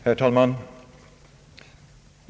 Herr talman!